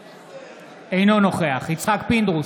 אינו נוכח יצחק פינדרוס,